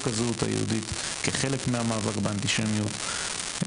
הזהות היהודית כחלק מהמאבק באנטישמיות.